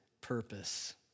purpose